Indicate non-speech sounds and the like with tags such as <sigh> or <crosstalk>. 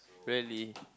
really <noise>